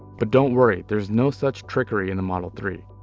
but don't worry there's no such trickery in the model three.